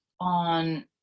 on